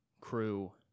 crew